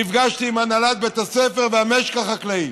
נפגשתי עם הנהלת בית הספר והמשק החקלאי